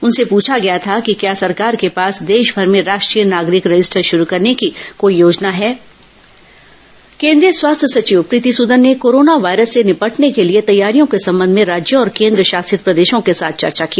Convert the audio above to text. उनसे प्रछा गया था कि क्या सरकार के पास देश भर में राष्ट्रीय नागरिक रजिस्टर शुरू करने की कोई योजना है कोरोना वायरस केन्द्रीय स्वास्थ्य सचिव प्रीति सूदन ने कोरोना वायरस से निपटने के लिए तैयारियों के संबंध में राज्यों और केन्द्रशासित प्रदेशों के साथ चर्चा की